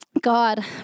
God